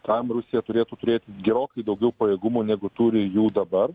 tam rusija turėtų turėti gerokai daugiau pajėgumų negu turi jų dabar